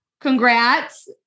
congrats